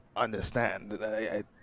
Understand